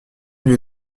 lieu